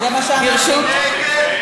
נגד שכר,